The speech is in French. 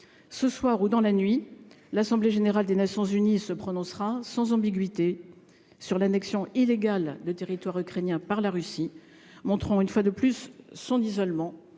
Ce soir même ou dans la nuit, l'Assemblée générale des Nations unies se prononcera sans ambiguïté sur l'annexion illégale du territoire ukrainien par la Russie, ce qui montrera une fois de plus l'isolement